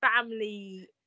family